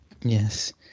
Yes